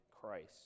Christ